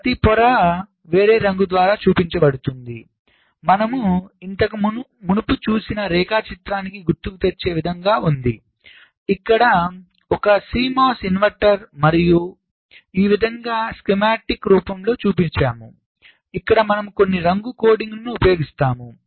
ప్రతి పొర వేరే రంగు ద్వారా చూపించబడుతుంది మనము ఇంతకు మునుపు చూసిన రేఖాచిత్రాన్ని గుర్తుకు తెచ్చే విధంగా ఉంది ఇక్కడ ఒక CMOS ఇన్వర్టర్ మనము ఈ విధంగా స్కీమాటిక్ రూపంలో చూపించాము ఇక్కడ మనము కొన్ని రంగు కోడింగ్ను ఉపయోగిస్తాము